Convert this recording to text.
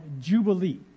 jubilee